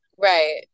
right